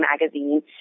magazine